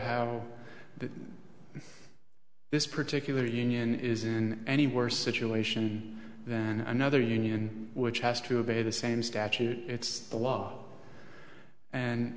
have this particular union isn't any worse situation than another union which has to obey the same statute it's the law and